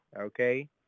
okay